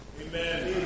Amen